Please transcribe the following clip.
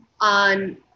on